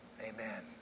amen